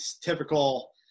typical